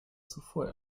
zuvor